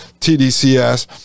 TDCS